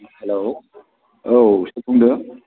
hello औ सोर बुंदों